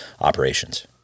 operations